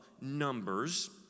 Numbers